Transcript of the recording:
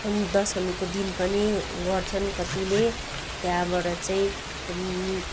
दशमीको दिन पनि गर्छन् कतिले त्यहाँबाट चाहिँ